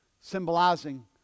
symbolizing